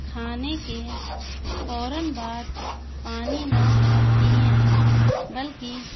کھانے کے فوراََ بعد پانی نہ پئیں بلکہ